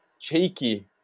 shaky